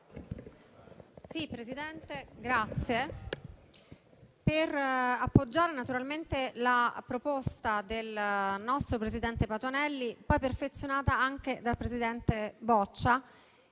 Presidente, intervengo per appoggiare, naturalmente, la proposta del nostro presidente Patuanelli, poi perfezionata anche dal presidente Boccia,